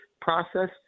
process